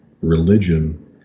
religion